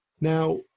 Now